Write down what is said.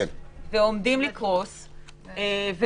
ועומדים לקרוס,